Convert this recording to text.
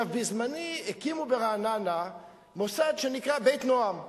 עכשיו, בזמני הקימו ברעננה מוסד שנקרא "בית נועם".